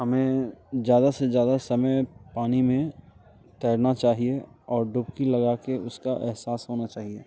हमें ज़्यादा से ज़्यादा समय पानी में तैरना चाहिए और डुबकी लगा कर उसका एहसास होना चाहिए